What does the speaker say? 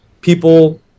people